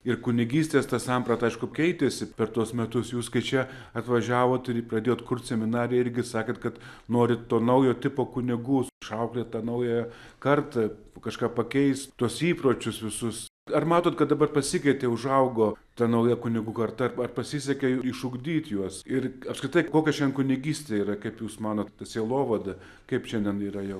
ir kunigystės samprata aišku keitėsi per tuos metus jūs kai čia atvažiavot ir pradėjot kurt seminariją irgi sakėt kad norit to naujo tipo kunigų išauklėt tą naująją kartą kažką pakeis tuos įpročius visus ar matot kad dabar pasikeitė užaugo ta nauja kunigų karta ar pasisekė išugdyti juos ir apskritai kokia šiandien kunigystė yra kaip jūs manot ta sielovada kaip šiandien yra jau